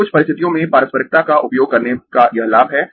तो कुछ परिस्थितियों में पारस्परिकता का उपयोग करने का यह लाभ है